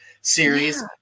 series